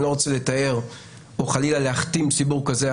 אני לא רוצה לתאר או חלילה להכתים ציבור כזה או